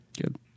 Good